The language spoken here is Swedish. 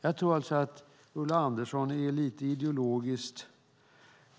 Jag tror att Ulla Andersson är ideologiskt